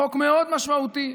חוק מאוד משמעותי.